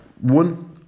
one